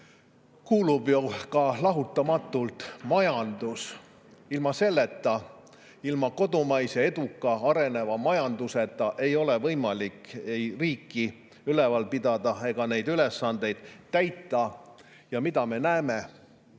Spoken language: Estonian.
kuulub ju lahutamatult ka majandus. Ilma selleta, ilma kodumaise eduka areneva majanduseta ei ole võimalik ei riiki ülal pidada ega neid ülesandeid täita. Ja mida me näeme?